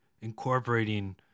incorporating